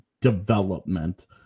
development